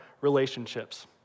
relationships